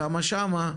כמה שמה,